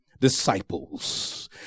disciples